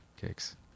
Kicks